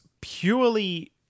purely